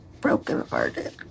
brokenhearted